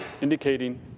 indicating